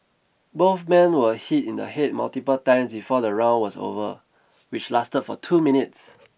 both men were hit in the head multiple times before the round was over which lasted for two minutes